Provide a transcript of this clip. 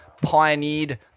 pioneered